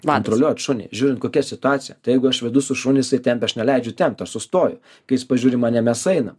kontroliuot šunį žiūrint kokia situacija tai jeigu aš vedu su šuniu jisai tempia aš neleidžiu tempt aš sustoju kai jis pažiūri į mane mes einam